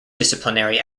disciplinary